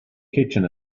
kitchen